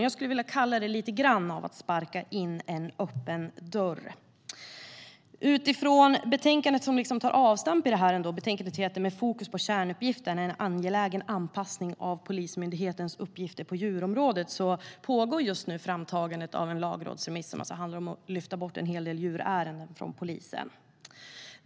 Jag skulle vilja kalla det att lite grann sparka in en öppen dörr. Utifrån det betänkande som tar avstamp i detta, Med fokus på kärnuppgifterna - en angelägen anpassning av Polismyndighetens uppgifter på djurområdet pågår just nu framtagandet av en lagrådsremiss. Det handlar alltså om att lyfta bort en hel del djurärenden från polisen.